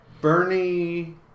Bernie